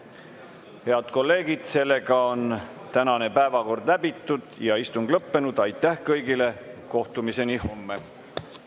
Head kolleegid, tänane päevakord on läbitud ja istung lõppenud. Aitäh kõigile! Kohtumiseni homme!